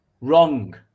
Wrong